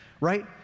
right